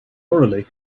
orally